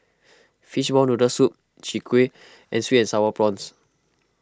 Fishball Noodle Soup Chwee Kueh and Sweet and Sour Prawns